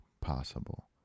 possible